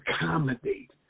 accommodate